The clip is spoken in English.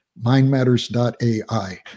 mindmatters.ai